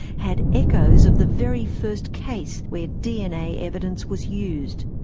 had echoes of the very first case where dna evidence was used.